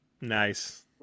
Nice